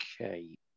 okay